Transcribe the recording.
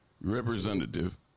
representative